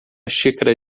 xícara